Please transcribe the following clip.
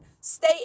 stay